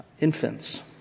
infants